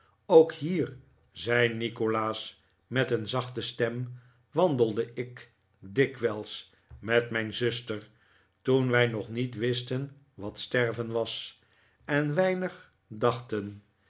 ook hier zei nikolaas met een zachte stem wandelde ik dikwijls met mijn zuster toen wij nog niet wisten waf sterven was en weinig dachten